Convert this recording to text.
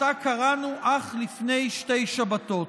שאותה קראנו אך לפני שתי שבתות.